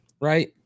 right